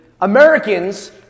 Americans